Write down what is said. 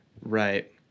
Right